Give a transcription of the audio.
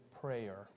prayer